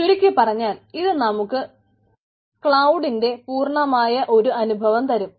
ചുരുക്കി പറഞ്ഞാൽ ഇത് നമുക്ക് ക്ലൌഡിന്റെ പൂർണ്ണമായ ഒരു അനുഭവം തരും